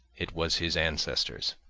it was his ancestors,